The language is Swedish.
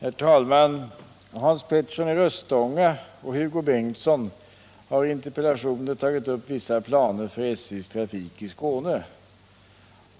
Herr talman! Hans Petersson i Röstånga och Hugo Bengtsson har i interpellationer tagit upp vissa planer för SJ:s trafik i Skåne.